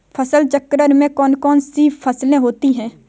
फसल चक्रण में कौन कौन सी फसलें होती हैं?